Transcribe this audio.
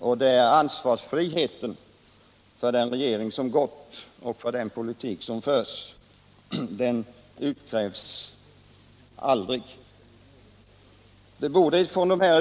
Det är frågan om ansvarsfriheten. Ansvaret för den politik som förts utkrävs aldrig av den regering som gått.